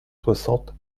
soixante